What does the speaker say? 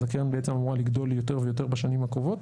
אז הקרן בעצם אמורה לגדול יותר ויותר בשנים הקרובות,